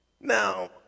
Now